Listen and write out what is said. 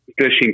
fishing